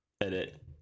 edit